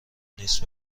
نیست